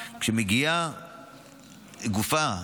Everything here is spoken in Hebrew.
כשמגיעה גופה,